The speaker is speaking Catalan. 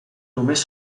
només